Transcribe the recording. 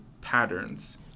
patterns